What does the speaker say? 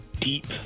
deep